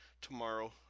tomorrow